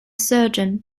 surgeon